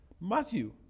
Matthew